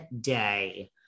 day